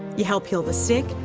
you help heal the sick,